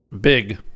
Big